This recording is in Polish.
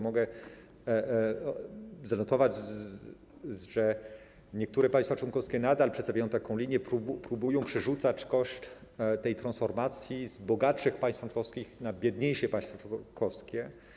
Mogę zanotować, że niektóre państwa członkowskie nadal przedstawiają taką linię, próbują przerzucać koszt tej transformacji z bogatszych państw członkowskich na biedniejsze państwa członkowskie.